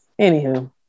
anywho